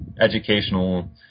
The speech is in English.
educational